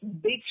big